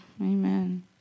Amen